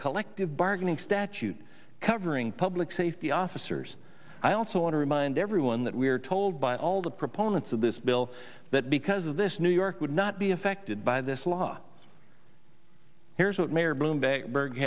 collective bargaining statute covering public safety officers i also want to remind everyone that we are told by all the proponents of this bill that because of this new york would not be affected by this law here's what mayor bloomberg